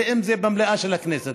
ואם זה במליאה של הכנסת,